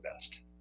best